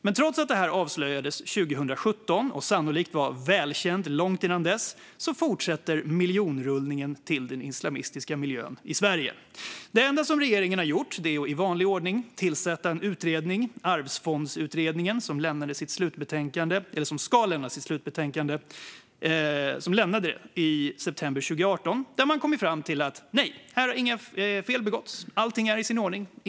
Men trots att detta avslöjades 2017 och sannolikt var välkänt innan dess fortsätter miljonrullningen till den islamistiska miljön i Sverige. Det enda som regeringen har gjort är att i vanlig ordning tillsätta en utredning, Arvsfondsutredningen, som lämnade sitt slutbetänkande i september 2018, där man kom fram till att inga fel hade begåtts och att allt var i sin ordning.